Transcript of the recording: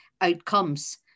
outcomes